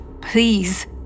please